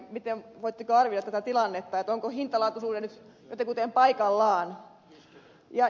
voitteko arvioida tätä tilannetta onko hintalaatu suhde nyt jotenkuten paikallaan